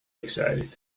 excited